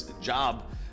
job